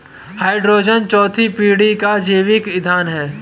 hydrogen चौथी पीढ़ी का जैविक ईंधन है